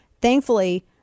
thankfully